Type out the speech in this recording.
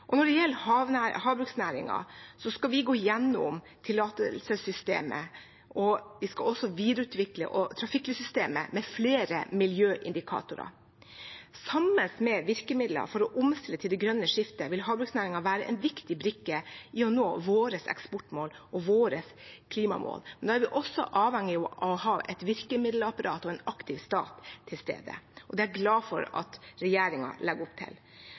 Når det gjelder havbruksnæringen, skal vi gå igjennom tillatelsessystemet. Vi skal også videreutvikle trafikklyssystemet med flere miljøindikatorer. Sammen med virkemidler for å omstille til det grønne skiftet vil havbruksnæringen være en viktig brikke i å nå våre eksportmål og våre klimamål. Men da er vi også avhengige av å ha et virkemiddelapparat og en aktiv stat til stede. Det er jeg glad for at regjeringen legger opp til.